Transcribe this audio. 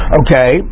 okay